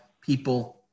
people